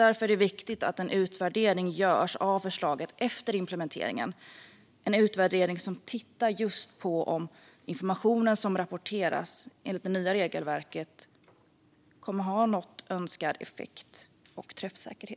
Därför är det viktigt att en utvärdering av förslaget görs efter implementeringen - en utvärdering som just tittar på om det nya regelverket har fått önskad effekt och träffsäkerhet när det gäller den information som rapporteras.